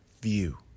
view